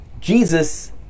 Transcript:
Jesus